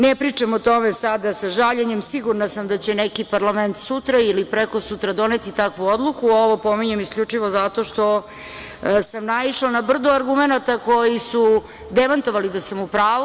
Ne pričam o tome sada sa žaljenjem, sigurna sam da će neki parlament sutra ili prekosutra doneti takvu odluku, ovo pominjem isključivo zato što sam naišla na brdo argumenata koji su demantovali da sam u pravu.